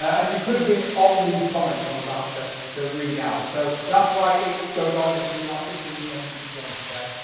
and you could have been on these comments i'm about to to read out. so that's why it goes on, it's about fifteen, twenty minutes long today.